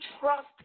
trust